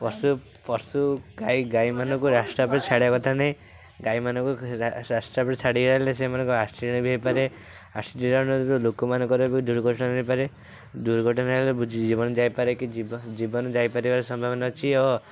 ପଶୁ ପଶୁ ଗାଈ ଗାଈମାନଙ୍କୁ ରାସ୍ତା ଉପରେ ଛାଡ଼ିଆ କଥା ନାଇଁ ଗାଈମାନଙ୍କୁ ରାସ୍ତା ଉପରେ ଛାଡ଼ିକି ଆଇଲେ ସେମାନଙ୍କ ଆକ୍ସିଡେଣ୍ଟ୍ ବି ହେଇପାରେ ଆକ୍ସିଡେଣ୍ଟ୍ ଲୋକମାନଙ୍କର ବି ଦୁର୍ଘଟଣା ହେଇପାରେ ଦୁର୍ଘଟଣା ହେଲେ ଜୀବନ ଯାଇପାରେ କି ଜୀବନ ଜୀବନ ଯାଇ ପାରିବାର ସମ୍ଭାବନା ଅଛି ଓ